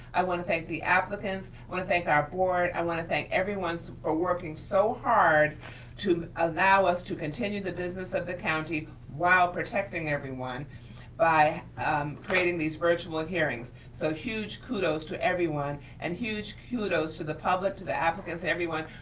i wanna thank the applicants, i wanna thank our board, i wanna thank everyone for working so hard to allow us to continue the business of the county while protecting everyone by creating these virtual hearings. so huge kudos to everyone, and huge kudos to the public, to the applicants, to everyone,